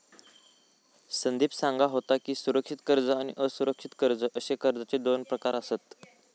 संदीप सांगा होतो की, सुरक्षित कर्ज आणि असुरक्षित कर्ज अशे कर्जाचे दोन प्रकार आसत